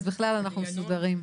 אז בכלל אנחנו מסודרים.